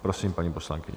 Prosím, paní poslankyně.